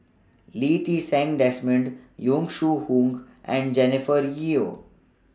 Lee Ti Seng Desmond Yong Shu Hoong and Jennifer Yeo